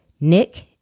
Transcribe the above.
Nick